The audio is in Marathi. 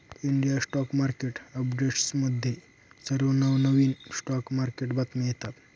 इंडिया स्टॉक मार्केट अपडेट्समध्ये सर्व नवनवीन स्टॉक मार्केट बातम्या येतात